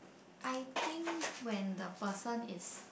I think when the person is